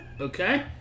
Okay